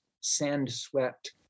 sand-swept